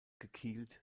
gekielt